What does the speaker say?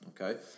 okay